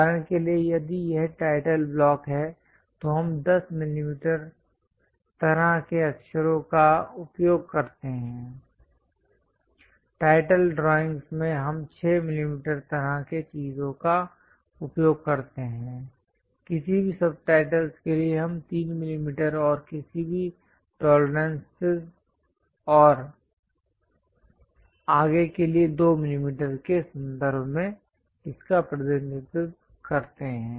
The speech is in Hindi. उदाहरण के लिए यदि यह टाइटल ब्लॉक है तो हम 10 मिलीमीटर तरह के अक्षरों का उपयोग करते हैं टाइटल ड्राइंगस् में हम 6 मिलीमीटर तरह की चीजों का उपयोग करते हैं किसी भी सबटाइटल्स के लिए हम 3 मिलीमीटर और किसी भी टोलरेंसिस और आगे के लिए 2 मिलीमीटर के संदर्भ में इसका प्रतिनिधित्व करते हैं